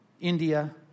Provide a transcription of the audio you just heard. India